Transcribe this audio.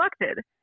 elected